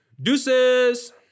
Deuces